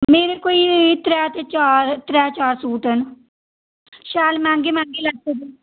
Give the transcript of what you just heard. मेरे कोई त्रैऽ ते चार त्रैऽ चार सूट न शैल मैंह्गे मैंह्गे लैते हे